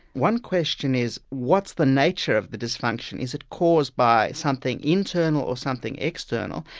one question is, what's the nature of the dysfunction is it caused by something internal or something external?